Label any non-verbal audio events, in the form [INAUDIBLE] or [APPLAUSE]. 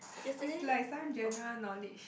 [LAUGHS] it's like some general knowledge